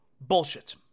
Bullshit